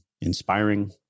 inspiring